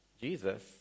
Jesus